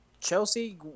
Chelsea